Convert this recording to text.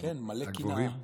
כן, מלא קנאה,